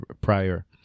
prior